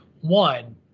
One